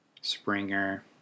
Springer